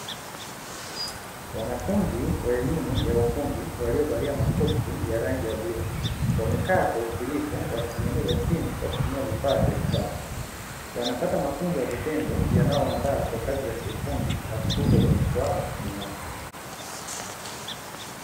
Wanafunzi wa elimu ya ufundi, waliovalia makoti ya rangi ya bluu, wamekaa kwa utulivu wakitengeneza simu kwa kutumia vifaa vya kisasa, wanapata mafunzo ya vitendo yanayowaandaa kwa kazi za kiufundi na kukuza ubunifu wao binafsi.